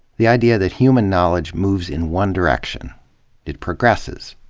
the idea that human knowledge moves in one direction it progresses.